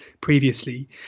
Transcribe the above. previously